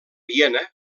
viena